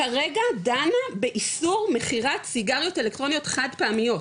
כרגע דנה באיסור מכירת סיגריות אלקטרוניות חד-פעמיות,